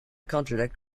contradict